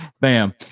bam